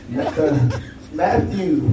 Matthew